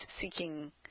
seeking